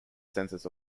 census